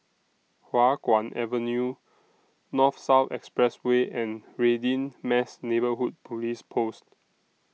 Hua Guan Avenue North South Expressway and Radin Mas Neighbourhood Police Post